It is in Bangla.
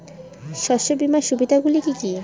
শস্য বিমার সুবিধাগুলি কি কি?